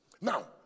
Now